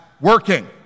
working